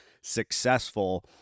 successful